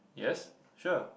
yes sure